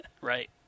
Right